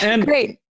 great